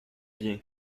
bien